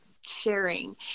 sharing